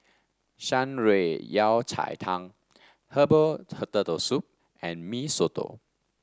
Shan Rui Yao Cai Tang Herbal Turtle Soup and Mee Soto